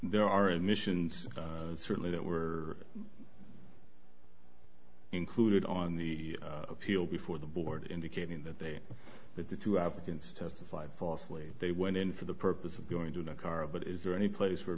there are admissions certainly that were included on the appeal before the board indicating that they that the two applicants testified falsely they went in for the purpose of going to the car but is there any place for